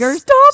stop